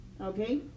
Okay